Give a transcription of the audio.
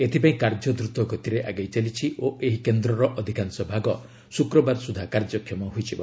ଏଥିପାଇଁ କାର୍ଯ୍ୟ ଦ୍ରତଗତିରେ ଆଗେଇ ଚାଲିଛି ଓ ଏହି କେନ୍ଦ୍ରର ଅଧିକାଂଶ ଭାଗ ଶୁକ୍ରବାର ସୁଦ୍ଧା କାର୍ଯ୍ୟକ୍ଷମ ହୋଇଯିବ